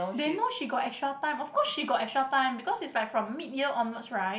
they know she got extra time of course she got extra time because it's like from mid year onwards right